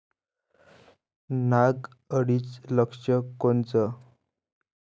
नाग अळीचं लक्षण कोनचं?